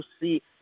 see